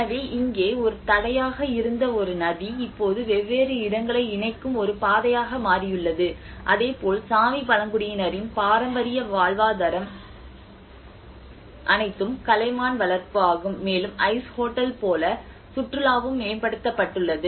எனவே இங்கே ஒரு தடையாக இருந்த ஒரு நதி இப்போது வெவ்வேறு இடங்களை இணைக்கும் ஒரு பாதையாக மாறியுள்ளது அதேபோல் சாமி பழங்குடியினரின் பாரம்பரிய வாழ்வாதாரம் அனைத்தும் கலைமான் வளர்ப்பு ஆகும் மேலும் ஐஸ் ஹோட்டல் போல சுற்றுலாவும் மேம்படுத்தப்பட்டுள்ளது